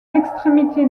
extrémité